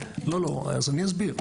לא, אז אני אסביר.